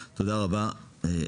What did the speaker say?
תודה רבה,